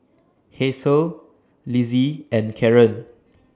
Hasel Lizzie and Karen